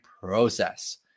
process